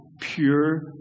pure